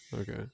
Okay